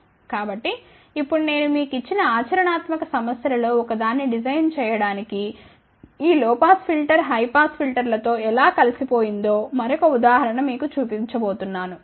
కాబట్టి ఇప్పుడు నేను మీకు ఇచ్చిన ఆచరణాత్మక సమస్యలలో ఒక దాన్ని డిజైన్ చేయడానికి ఈ low pass filter high pass ఫిల్టర్తో ఎలా కలిసిపోయిందో మరొక ఉదాహరణ మీకు చూపించబోతున్నాను